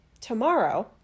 Tomorrow